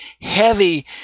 heavy